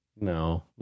No